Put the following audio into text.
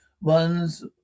one's